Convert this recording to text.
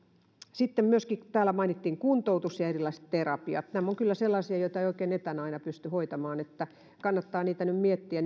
sitten täällä mainittiin myöskin kuntoutus ja ja erilaiset terapiat nämä ovat kyllä sellaisia joita ei oikein etänä aina pysty hoitamaan että kannattaa niitä nyt miettiä